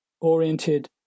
oriented